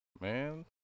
Man